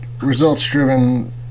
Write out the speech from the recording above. results-driven